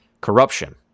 corruption